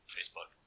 Facebook